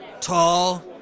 Tall